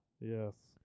Yes